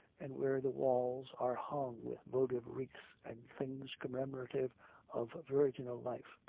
and where the walls are hung with votive wreaths, and things commemorative of virginal life.